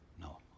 no